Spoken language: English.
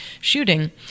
shooting